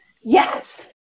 Yes